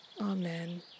Amen